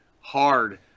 hard